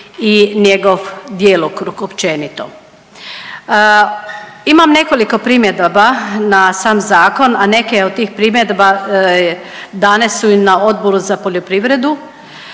i njegov djelokrug općenito. Imam nekoliko primjedaba na sam zakon, a neke od tih primjedba dane su i na Odboru za poljoprivredu